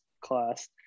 class